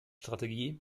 strategie